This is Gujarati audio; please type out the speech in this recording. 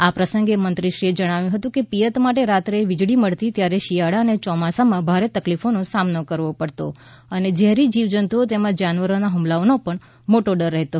આ પ્રસંગે મંત્રીશ્રી જણાવ્યું હતું કે પિયત માટે રાત્રે વિજળી મળતી ત્યારે શિયાળા અને ચોમાસામાં ભારે તકલીફોનો સામનો કર વો પડતો અને ઝેરી જીવ જંતુઓ તેમજ જાનવરોના હ્મલાઓનો પણ મોટો ડર રહેતો